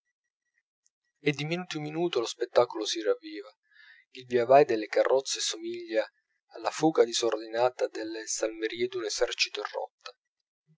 e di minuto in minuto lo spettacolo si ravviva il via vai delle carrozze somiglia alla fuga disordinata delle salmerie d'un esercito